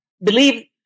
believe